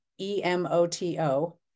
E-M-O-T-O